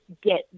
get